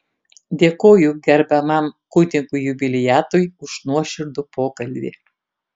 dėkoju gerbiamam kunigui jubiliatui už nuoširdų pokalbį